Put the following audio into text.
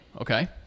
Okay